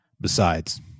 Besides